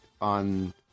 on